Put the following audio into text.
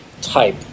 type